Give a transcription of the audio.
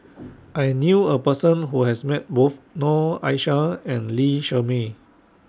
I knew A Person Who has Met Both Noor Aishah and Lee Shermay